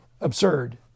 absurd